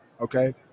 okay